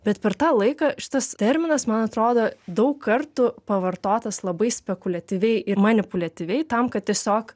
bet per tą laiką šitas terminas man atrodo daug kartų pavartotas labai spekuliatyviai ir manipuliatyviai tam kad tiesiog